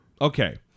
Okay